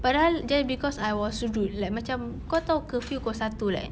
padahal just because I was rude like macam kau tahu curfew pukul satu like